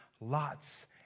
lots